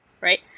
Right